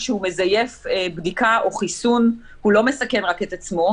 כשהוא מזייף בדיקה או חיסון הוא לא מסכן רק את עצמו,